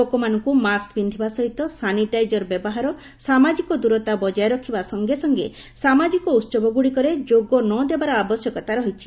ଲୋକମାନଙ୍କୁ ମାସ୍କ ପିନ୍ଧିବା ସହିତ ସାନିଟାଇଜର ବ୍ୟବହାର ସାମାଜିକ ଦୂରତା ବଜାୟ ରଖିବା ସଙ୍ଗେ ସଙ୍ଗେ ସାମାଜିକ ଉତ୍ସବଗୁଡ଼ିକରେ ଯୋଗ ନଦେବାର ଆବଶ୍ୟକତା ରହିଛି